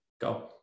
Go